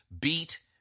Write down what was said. beat